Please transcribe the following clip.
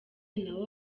naho